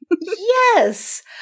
Yes